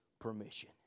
permission